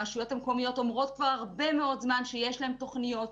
הרשויות המקומיות אומרות כבר הרבה מאוד זמן שיש להן תוכניות,